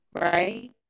Right